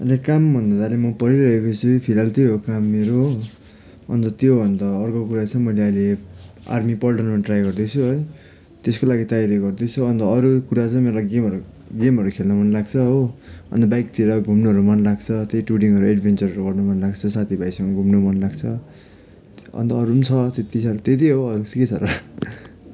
अन्त काम भन्दाखेरि म पढिरहेको छु फिलहाल त्यो हो काम मेरो अन्त त्योभन्दा अर्को कुरा चाहिँ मैले अहिले आर्मी पल्टनमा ट्राई गर्दैछु है त्यसको लागि तयारी गर्दैछु अन्त अरू कुरा चाहिँ मलाई गेमहरू गेमहरू खेल्नु मन लाग्छ हो अन्त बाइकतिर घुम्नहरू मन लाग्छ त्यही टुरिङहरू एडभेन्चरहरू गर्नु मन लाग्छ साथीभाइसँग घुम्नु मन लाग्छ अन्त अरू पनि छ त्यति साह्रो त्यही त ठिकै छ